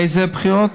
איזה בחירות?